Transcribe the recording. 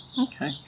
Okay